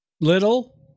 Little